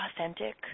authentic